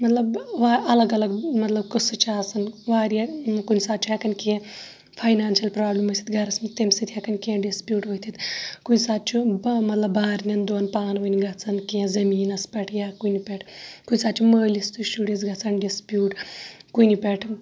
مَطلَب وار اَلَگ اَلَگ مَطلَب قٕصہٕ چھِ آسان واریاہ کُنہ ساتہٕ چھُ ہیٚکان کیبٛہہ فایٚنانشَل پرابلم ٲسِتھ گَرَس مَنٛز تمہ سۭتۍ ہیٚکان کینٛہہ ڈِسپیوٗٹ ؤتھِتھ کُنہِ ساتہٕ چھُ مَطلَب بارننۍ دۄن پانہٕ ونۍ گَژھان کینٛہہ زمیٖنَس پیٹھ یا کُنہِ پیٹھ کُنہِ ساتہِ چھُ مٲلِس تہٕ شُرِس گَژھان ڈِسپیوٗٹ کُنہِ پیٹھ